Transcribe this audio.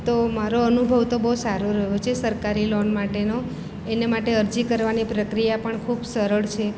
તો મારો અનુભવ તો બહુ સારો રહ્યો છે સરકારી લોન માટેનો એના માટે અરજી કરવાની પ્રક્રિયા પણ ખૂબ સરળ છે